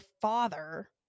father